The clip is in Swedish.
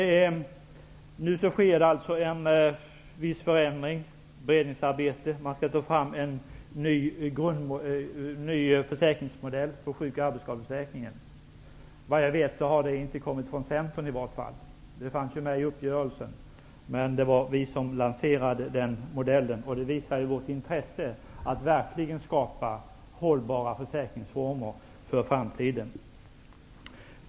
Nu sker en viss förändring. Det pågår ett beredningsarbete. Man skall ta fram en ny försäkringsmodell för sjuk och arbetsskadeförsäkringen. Vad jag vet har det förslaget inte kommit från Centern. Det fanns ju med i uppgörelsen. Det var vi som lanserade den modellen. Det visar ju vårt intresse att verkligen skapa hållbara försäkringsformer för framtiden.